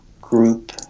group